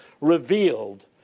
revealed